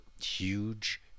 huge